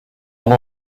one